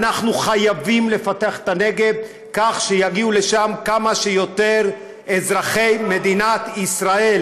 אנחנו חייבים לפתח את הנגב כך שיגיעו לשם כמה שיותר מאזרחי מדינת ישראל.